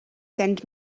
send